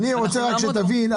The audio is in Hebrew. אני רוצה רק שתבין,